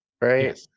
right